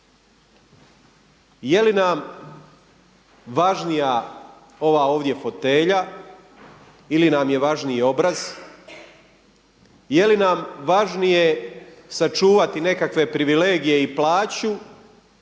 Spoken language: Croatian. Je li nam važnija ova ovdje fotelja ili nam je važniji obraz? Je li nam važnije sačuvati nekakve privilegije i plaću,